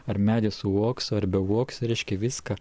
ar medį su uoksu ar beuoksį reiškia viską